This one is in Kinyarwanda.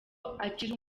akiri